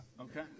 okay